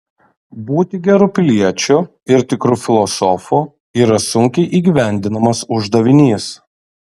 būti geru piliečiu ir tikru filosofu yra sunkiai įgyvendinamas uždavinys